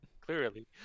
clearly